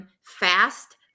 Fast